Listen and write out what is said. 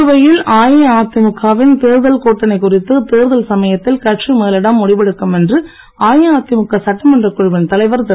புதுவையில் அஇஅதிமுக வின் தேர்தல் கூட்டணி குறித்து தேர்தல் சமயத்தில் கட்சி மேலிடம் முடிவெடுக்கும் என்று அஇஅதிமுக சட்டமன்றக் குழுவின் தலைவர் திரு